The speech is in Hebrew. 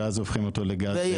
ואז הופכים אותו לגז.